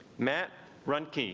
matt run ke